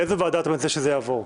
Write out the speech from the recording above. לאיזו ועדה אתה רוצה שזה יעבור?